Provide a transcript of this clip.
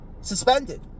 suspended